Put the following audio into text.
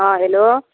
हँ हेलो